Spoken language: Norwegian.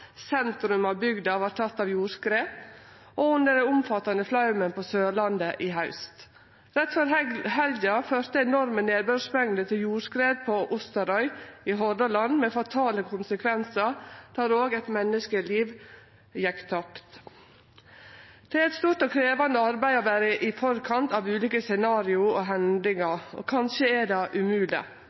sentrum av bygda vart teken av jordskred, og under den omfattande flaumen på Sørlandet i haust. Rett før helga førte enorme nedbørsmengder til jordskred på Osterøy i Hordaland, med fatale konsekvensar, der òg eit menneskeliv gjekk tapt. Det er eit stort og krevjande arbeid å vere i forkant av ulike scenario og hendingar – kanskje er det